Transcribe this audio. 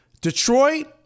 Detroit